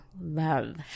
love